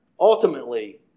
Ultimately